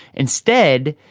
instead,